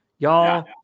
Y'all